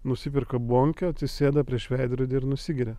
nusiperka bonkę atsisėda prieš veidrodį ir nusigeria